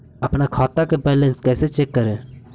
अपन खाता के बैलेंस कैसे चेक करे?